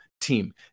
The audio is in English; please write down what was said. team